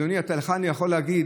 אדוני, לך אני יכול להגיד